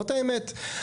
זאת האמת.